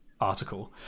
article